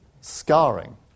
scarring